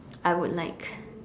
I would like